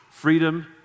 Freedom